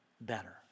better